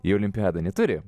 į olimpiadą neturim